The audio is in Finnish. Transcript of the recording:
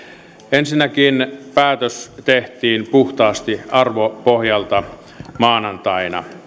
ensinnäkin päätös tehtiin puhtaasti arvopohjalta maanantaina